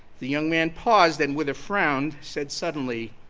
the young man paused then with a frown said suddenly,